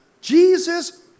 Jesus